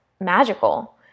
magical